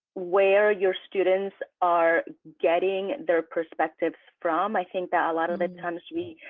where your students are getting their perspectives from, i think that a lot of it comes to me.